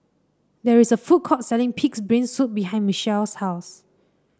there is a food court selling pig's brain soup behind Mechelle's house